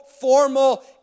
formal